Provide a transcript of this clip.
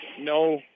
no